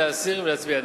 להסיר ולהצביע נגד.